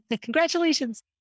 Congratulations